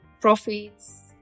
profits